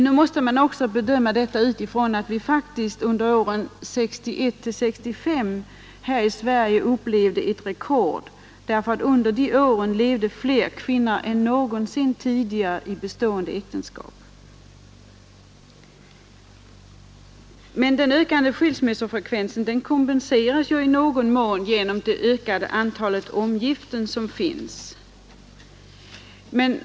Då måste man bedöma detta utifrån att vi faktiskt under åren 1961—1965 här i Sverige upplevde ett rekord därför att under de åren levde fler kvinnor än någonsin tidigare i bestående äktenskap. Men den ökande skilsmässofrekvensen kompenseras av i någon mån det ökade antalet omgiften.